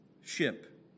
ship